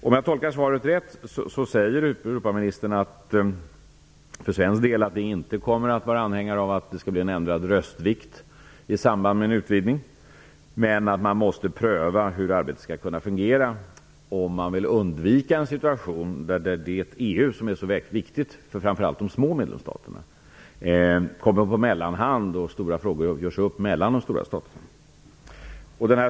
Om jag tolkat svaret rätt säger Europaministern att vi för svensk del inte kommer att vara anhängare av att det blir ändrad röstvikt i samband med en utvidgning, men man måste pröva hur arbetet skall kunna fungera för att undvika en situation där EU, som är så viktigt framför allt för de små medlemsstaterna, kommer på mellanhand och där det i stora frågor görs upp mellan de stora staterna.